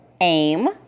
aim